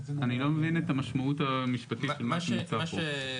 אני לא מבין את המשמעות המשפטית של מה שנמצא פה.